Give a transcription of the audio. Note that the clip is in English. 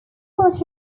much